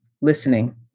listening